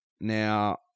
Now